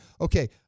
okay